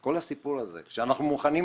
כל הסיפור הזה שאנחנו מוכנים